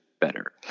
better